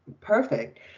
perfect